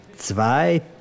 zwei